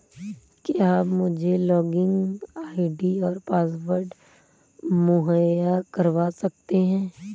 क्या आप मुझे लॉगिन आई.डी और पासवर्ड मुहैय्या करवा सकते हैं?